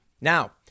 Now